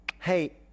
hey